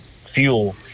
fuel